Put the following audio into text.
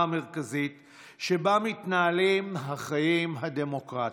המרכזית שבה מתנהלים החיים הדמוקרטיים.